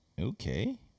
Okay